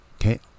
Okay